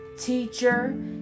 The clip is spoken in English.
teacher